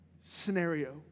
scenario